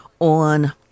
on